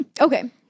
Okay